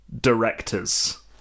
directors